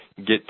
get